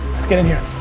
let's get in here.